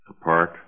apart